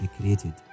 created